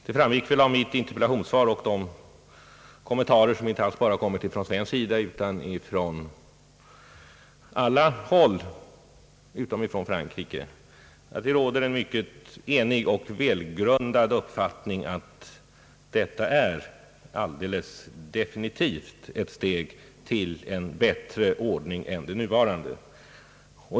Det framgick väl av mitt interpellationssvar och det har också framgått av kommentarer, som gjorts inte bara från svensk sida utan från alla håll utom från Frankrike, att det råder en enig och mycket välgrundad uppfattning att det alldeles definitivt har tagits ett steg mot en bättre ordning än den nuvarande.